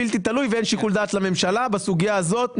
בלתי תלוי ואין שיקול דעת לממשלה בסוגיה הזאת,